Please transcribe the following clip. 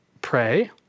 pray